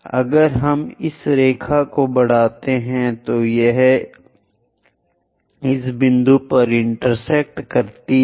अगर हम इस रेखा को बढ़ाते है तो यह इस बिंदु पर इंटेरसेक्ट करती है